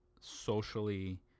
socially